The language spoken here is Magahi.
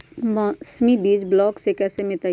मौसमी बीज ब्लॉक से कैसे मिलताई?